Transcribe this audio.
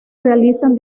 realizan